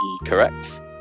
Correct